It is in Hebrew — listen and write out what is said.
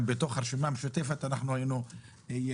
גם בתוך הרשימה המשותפת אנחנו היינו חלוקים,